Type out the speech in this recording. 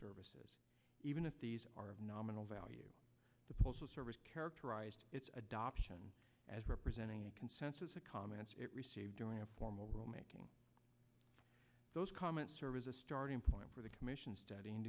services even if these are nominal value the postal service characterized its adoption as representing the consensus of comments it received during a formal making those comments serve as a starting point for the commission study in